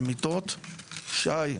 שי,